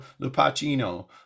Lupacino